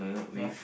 ya